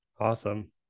awesome